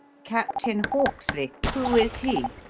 captain hawksley? who is he?